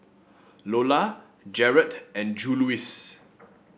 Lolla Jarett and Juluis